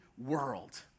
world